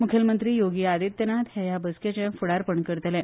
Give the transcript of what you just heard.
मुख्यमंत्री योगि आदित्यनाथ हे ह्या बसकेचे फुडापण करतले